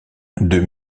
deux